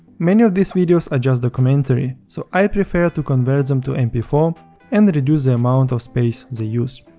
many of these videos are just documentary, so i prefer to convert them to m p four and reduce the amount of space they use.